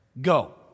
go